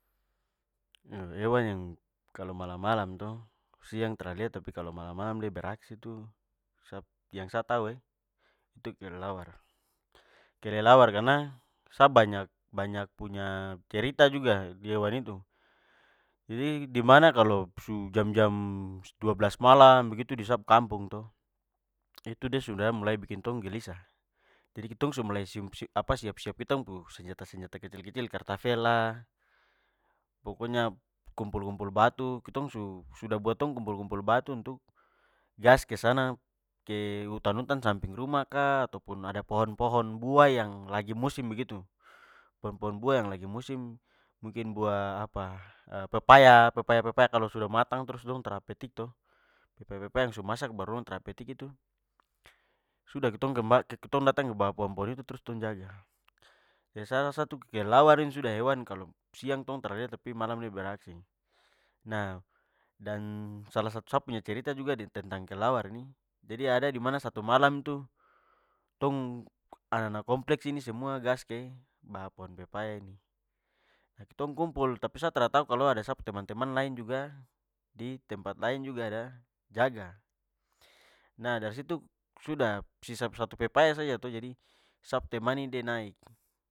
Iyo, hewan yang kalo malam-malam to, siang tra lihat tapi kalo malam-malam de beraksi tu, sa yang sa- tau e, itu kelelawar. Kelelawar karna sa banyak banyak- punya cerita juga hewan itu. Jadi, dimana kalo su jam-jam dua belas malam begitu, di sa pu kampung to, itu de sudah mulai bikin tong gelisah. Jadi, ketong su mulai sibuk apa siap-siap ketong pu senjata-senjata kecil-kecil, kartafel lah, pokoknya kumpul-kumpul batu, ketong su sudah- buat tong kumpul-kumpul batu untuk gas kesana. Ke hutan-hutan samping rumah ka, atau pun ada pohon-pohon buah yang lagi musim begitu. Pohon-pohon buah yang lagi musim, mungkin buah apa pepaya. Pepaya-pepaya kalo sudah matang trus dong tra petik to, pepaya-pepaya masak baru dong tra petik- itu, sudah, ketong ketong datang ke bawah pohon-pohon itu trus tong jaga. Jadi, sa rasa tu kelelawar ini sudah, hewan kalo siang tong tra lihat tapi malam de beraksi. Nah dan salah satu sa punya cerita juga di tentang kelelawar ini, jadi ada dimana satu malam tu, tong anana komplek sini semua gas ke bawah pohon pepaya ini. Ketong kumpul tapi sa tra tau kalo ada sa pu teman-teman lain juga di tempat lain juga ada jaga. Nah dari situ sudah, sisa satu pepaya saja to jadi sapu teman nih de naik.